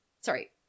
Sorry